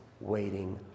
waiting